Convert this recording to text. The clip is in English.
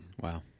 Wow